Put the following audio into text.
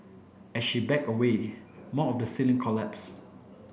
as she backed away more of the ceiling collapsed